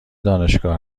دانشگاه